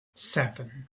seven